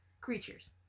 creatures